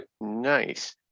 Nice